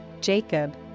Jacob